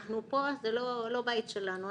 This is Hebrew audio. אנחנו פה וזה לא הבית שלנו,